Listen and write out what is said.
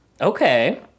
Okay